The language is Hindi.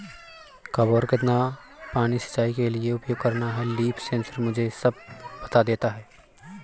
कब और कितना पानी सिंचाई के लिए उपयोग करना है लीफ सेंसर मुझे सब बता देता है